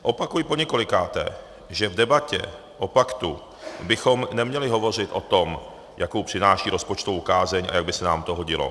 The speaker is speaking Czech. Opakuji poněkolikáté, že v debatě o paktu bychom neměli hovořit o tom, jakou přináší rozpočtovou kázeň a jak by se nám to hodilo.